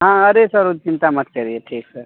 हाँ अरे सर चिंता मत करिए ठीक सर